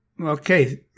Okay